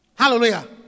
hallelujah